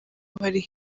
hariho